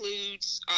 includes